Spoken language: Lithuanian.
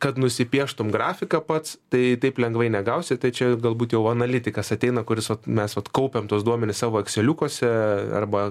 kad nusipieštum grafiką pats tai taip lengvai negausi tai čia galbūt jau analitikas ateina kuris vat mes vat kaupiam tuos duomenis savo ekseliukuose arba